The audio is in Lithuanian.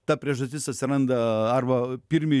ta priežastis atsiranda arba pirmi